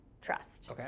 trust